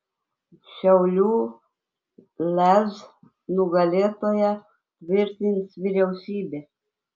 šiaulių lez nugalėtoją tvirtins vyriausybė